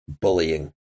bullying